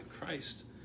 Christ